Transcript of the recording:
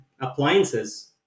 appliances